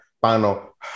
final